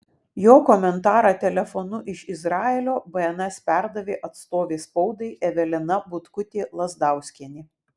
jo komentarą telefonu iš izraelio bns perdavė atstovė spaudai evelina butkutė lazdauskienė